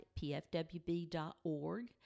pfwb.org